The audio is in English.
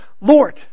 Lord